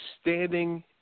standing